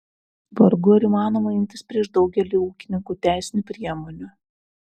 vargu ar įmanoma imtis prieš daugelį ūkininkų teisinių priemonių